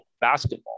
basketball